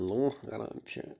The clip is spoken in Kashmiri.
لوٗکھ کران چھِ